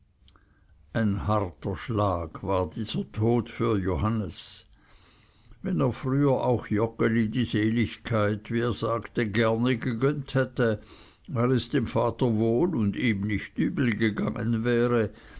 ein harter schlag war dieser tod für johannes wenn er früher auch joggeli die seligkeit wie er sagte gerne gegönnt hätte weil es dem vater wohl und ihm nicht übel gegangen wäre